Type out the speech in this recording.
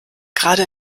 gerade